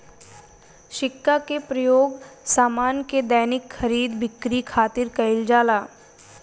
सिक्का के प्रयोग सामान के दैनिक खरीद बिक्री खातिर कईल जाला